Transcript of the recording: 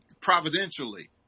providentially